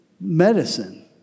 medicine